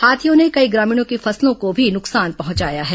हाथियों ने कई ग्रामीणों की फसलों को भी नुकसान पहुंचाया है